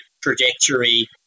trajectory